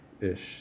ish